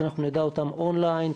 שאנחנו נדע אותן און-ליין.